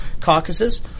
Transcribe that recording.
caucuses